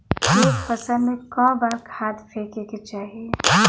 एक फसल में क बार खाद फेके के चाही?